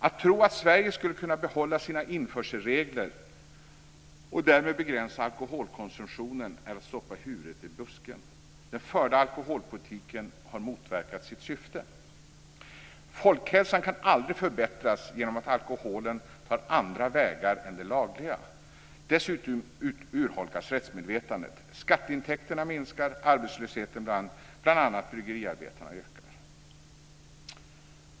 Att tro att Sverige skulle kunna behålla sina införselregler och därmed begränsa alkoholkonsumtionen är att stoppa huvudet i busken. Den förda alkoholpolitiken har motverkat sitt syfte. Folkhälsan kan aldrig förbättras genom att alkoholen tar andra vägar än de lagliga. Dessutom urholkas rättsmedvetandet, skatteintäkterna minskar, och arbetslösheten bland bl.a. bryggeriarbetarna ökar.